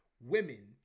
women